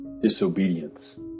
disobedience